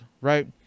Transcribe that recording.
right